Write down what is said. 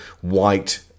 white